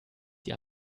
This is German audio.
sie